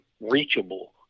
reachable